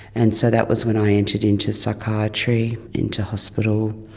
and so that was when i entered into psychiatry, into hospital.